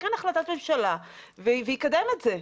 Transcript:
יתקן החלטת ממשלה ויקדם את זה.